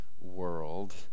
world